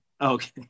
okay